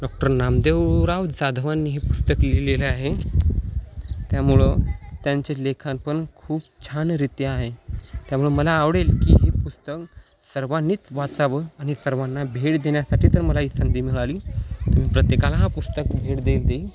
doctor Namdevrao जाधवांनी हे पुस्तक लिहिलेलं आहे त्यामुळं त्यांचे लेखन पण खूप छानरित्या आहे त्यामुळं मला आवडेल की हे पुस्तक सर्वांनीच वाचावं आणि सर्वांना भेट देण्यासाठी तर मला ही संधी मिळाली तर मी प्रत्येकाला हा पुस्तक भेट देल देईन